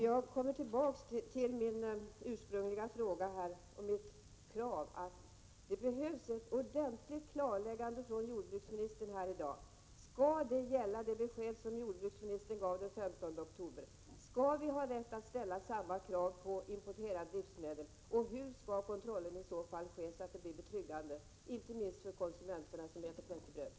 Jag återkommer till min ursprungliga fråga och mitt krav. Det behövs ett ordentligt klarläggande från jordbruksministern här i dag. Skall det besked som jordbruksministern gav den 15 oktober gälla? Skall vi ha rätt att ställa samma krav på importerade livsmedel som på svenska? Hur skall kontrollen i så fall ske, så att den blir betryggande inte minst för konsumenterna som äter knäckebröd?